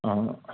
অঁ